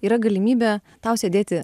yra galimybė tau sėdėti